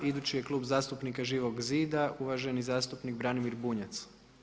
Idući je Klub zastupnika Živog zida uvaženi zastupnik Branimir Bunjac.